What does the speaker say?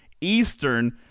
Eastern